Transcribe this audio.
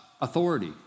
authority